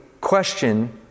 question